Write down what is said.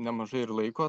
nemažai ir laiko